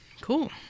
Cool